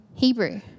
Hebrew